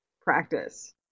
practice